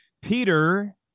Peter